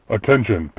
Attention